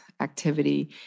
activity